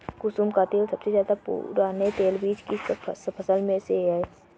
कुसुम का तेल सबसे पुराने तेलबीज की फसल में से एक है